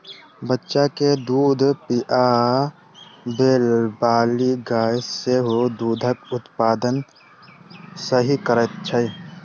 बच्चा के दूध पिआबैबाली गाय सेहो दूधक उत्पादन सही करैत छै